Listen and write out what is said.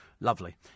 lovely